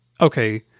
okay